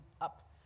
up